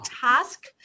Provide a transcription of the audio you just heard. task